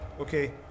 okay